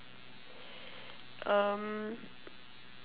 um